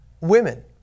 women